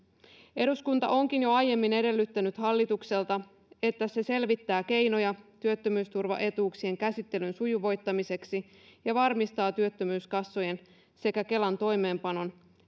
eduskunta onkin jo aiemmin edellyttänyt hallitukselta että se selvittää keinoja työttömyysturvaetuuksien käsittelyn sujuvoittamiseksi ja varmistaa työttömyyskassojen sekä kelan toimeenpanon